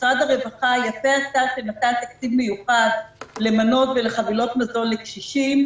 משרד הרווחה יפה עשה שנתן תקציב מיוחד למנות ולחבילות מזון לקשישים.